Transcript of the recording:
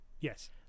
Yes